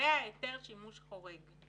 לגבי היטל שימוש חורג,